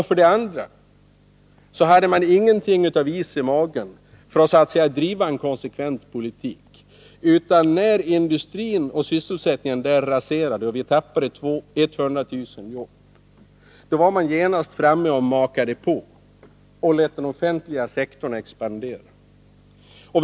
För det andra hade man inte tillräckligt med is i magen för att driva en konsekvent politik, utan när industrin och sysselsättningen där raserades och vi tappade 100 000 jobb, då var man genast framme och makade på den offentliga sektorn och lät den expandera.